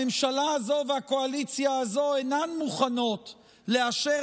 הממשלה הזאת והקואליציה הזאת אינן מוכנות לאשר